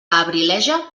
abrileja